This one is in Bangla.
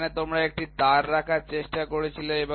এখানে তোমরা একটি তার রাখার চেষ্টা করেছিলে